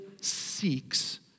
seeks